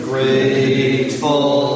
Grateful